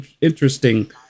interesting